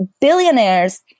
billionaires